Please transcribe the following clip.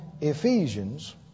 Ephesians